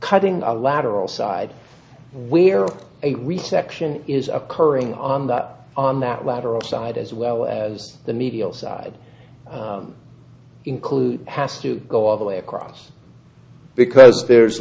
cutting a lateral side where a resection is occurring on that on that lateral side as well as the medial side include has to go all the way across because there